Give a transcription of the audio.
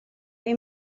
they